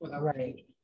right